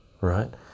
right